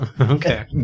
Okay